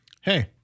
hey